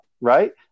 right